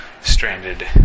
stranded